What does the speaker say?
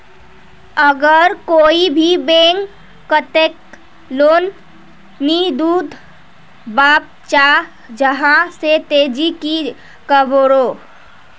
अगर कोई भी बैंक कतेक लोन नी दूध बा चाँ जाहा ते ती की करबो?